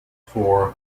four